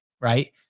Right